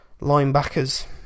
linebackers